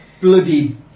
bloody